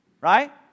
Right